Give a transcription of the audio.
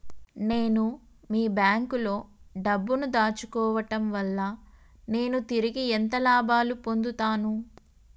నేను మీ బ్యాంకులో డబ్బు ను దాచుకోవటం వల్ల నేను తిరిగి ఎంత లాభాలు పొందుతాను?